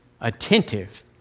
attentive